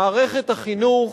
מערכת החינוך,